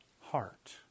heart